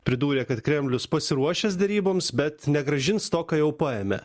pridūrė kad kremlius pasiruošęs deryboms bet negrąžins to ką jau paėmė